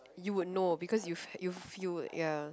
you would know because you've if you would ya